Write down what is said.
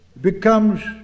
becomes